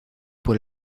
por